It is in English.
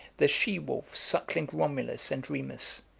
the she-wolf suckling romulus and remus,